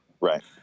right